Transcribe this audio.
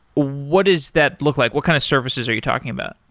what is that look like? what kind of services are you talking about?